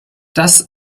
das